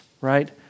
right